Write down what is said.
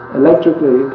electrically